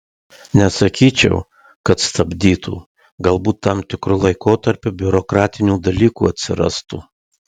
nesakyčiau kad stabdytų galbūt tam tikru laikotarpiu biurokratinių dalykų atsirastų